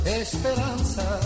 esperanza